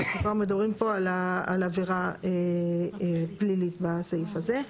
אנחנו מדברים פה על אווירה פלילית בסעיף הזה.